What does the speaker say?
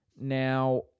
Now